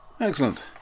Excellent